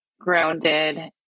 grounded